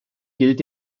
gilt